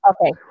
Okay